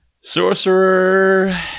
Sorcerer